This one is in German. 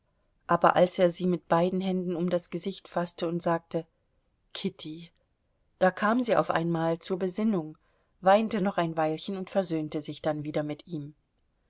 aber als er sie mit beiden händen um das gesicht faßte und sagte kitty da kam sie auf einmal zur besinnung weinte noch ein weilchen und versöhnte sich dann wieder mit ihm